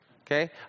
Okay